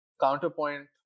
counterpoint